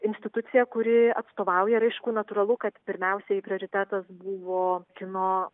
institucija kuri atstovauja ir aišku natūralu kad pirmiausiai prioritetas buvo kino